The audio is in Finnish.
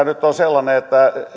nyt on sellainen että